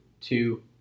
two